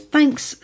Thanks